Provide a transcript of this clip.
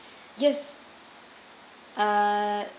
yes uh